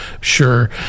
sure